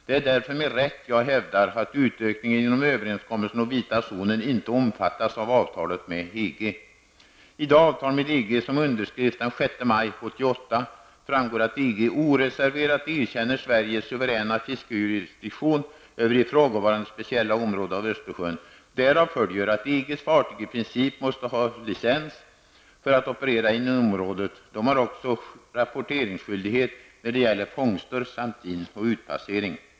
Det är därför med rätta jag hävdar att utökningen genom överenskommelsen om vita zonen inte omfattas av avtalet med EG. I det avtal med EG som underskrevs den 6 maj 1988, framgår att EG oreserverat erkänner Sveriges suveräna fiskejurisdiktion över ifrågavarande speciella område av Östersjön. Därav följer att EGs fartyg i princip måste ha licens för att operera inom området. De har också rapporteringsskyldighet när det gäller fångster samt in och utpassering.